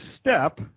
step